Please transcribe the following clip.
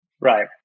Right